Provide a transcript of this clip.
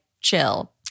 chill